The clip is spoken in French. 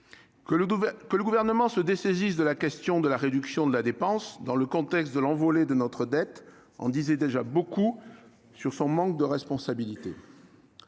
Que le Gouvernement se dessaisisse de la question de la réduction de la dépense, dans le contexte de l'envolée de notre dette, en disait déjà beaucoup sur son manque de responsabilité.